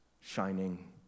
shining